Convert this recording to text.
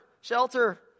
shelter